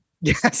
yes